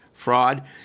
fraud